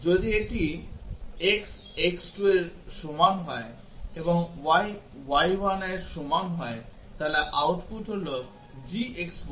যদি এটি x x2 এর সমান হয় এবং y y1 এর সমান হয় তাহলে output হল gxy